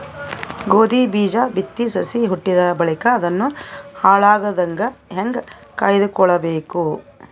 ಗೋಧಿ ಬೀಜ ಬಿತ್ತಿ ಸಸಿ ಹುಟ್ಟಿದ ಬಳಿಕ ಅದನ್ನು ಹಾಳಾಗದಂಗ ಹೇಂಗ ಕಾಯ್ದುಕೊಳಬೇಕು?